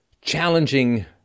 challenging